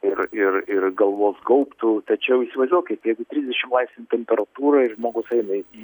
ir ir ir galvos gaubtu tačiau įsivazduokit jeigu trisdešim laipsnių temperatūroj žmogus eina į